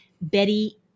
Betty